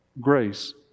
Grace